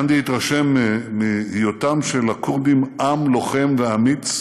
גנדי התרשם מהיותם של הכורדים עם לוחם ואמיץ.